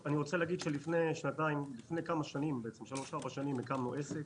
לפני שלוש ארבע שנים הקמנו עסק,